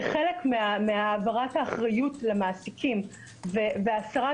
כחלק מהעברת האחריות למעסיקים והסרת